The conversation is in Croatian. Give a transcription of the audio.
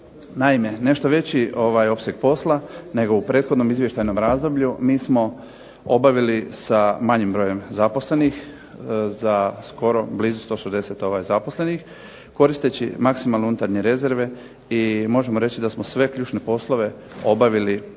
Naime, nešto veći opseg posla nego u prethodnom izvještajnom razdoblju mi smo obavili sa manjim brojem zaposlenih za skoro blizu 160 zaposlenih koristeći maksimalno unutarnje rezerve i možemo reći da smo sve ključne poslove obavili u utvrđenim